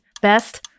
Best